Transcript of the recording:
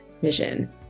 vision